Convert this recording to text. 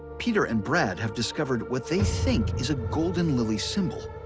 peter and brad have discovered what they think is a golden lily symbol,